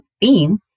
theme